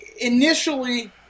initially